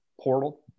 portal